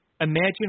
imagine